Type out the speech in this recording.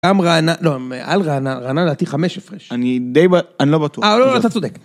גם רעננה, לא, הם על רענה, רעננה לדעתי חמש הפרש. אני די, אני לא בטוח. אה, לא, לא, אתה צודק.